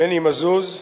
מני מזוז,